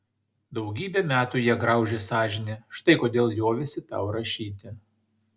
daugybę metų ją graužė sąžinė štai kodėl liovėsi tau rašyti